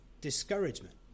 discouragement